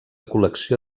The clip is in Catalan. col·lecció